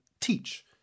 teach